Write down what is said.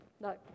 No